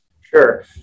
Sure